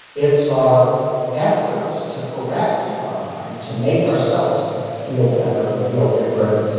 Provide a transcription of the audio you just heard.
it's our efforts to correct our mind, to make ourselves feel better, or feel different,